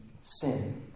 sin